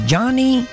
Johnny